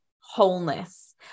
wholeness